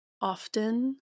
often